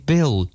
Bill